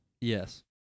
Yes